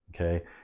okay